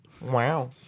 Wow